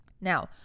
Now